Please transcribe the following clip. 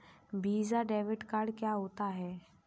Visa debit card क्या होता है?